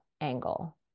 angle